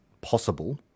possible